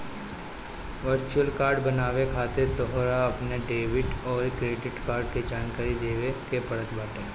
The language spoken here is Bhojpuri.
वर्चुअल कार्ड बनवावे खातिर तोहके अपनी डेबिट अउरी क्रेडिट कार्ड के जानकारी देवे के पड़त बाटे